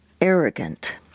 arrogant